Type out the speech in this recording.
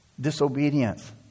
disobedience